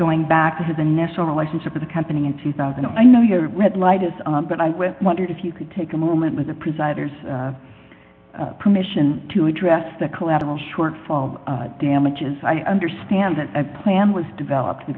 going back to the national relationship with a company in two thousand and i know you're weird light is on but i wondered if you could take a moment with the presider permission to address the collateral shortfall damages i understand that a plan was developed